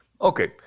Okay